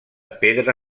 pedra